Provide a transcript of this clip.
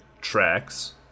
Tracks